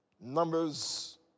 Numbers